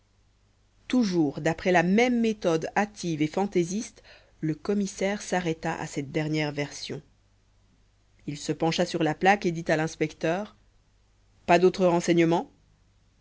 toujours d'après la même méthode hâtive et fantaisiste le commissaire s'arrêta à cette dernière version il se pencha sur la plaque et dit à l'inspecteur pas d'autres renseignements